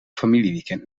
familieweekend